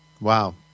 Wow